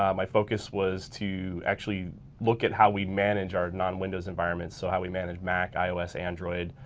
um my focus was to actually look at how we manage our non-windows environments. so how we manage mac, ios, android.